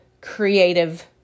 creative